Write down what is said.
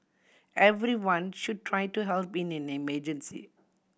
everyone should try to help in an emergency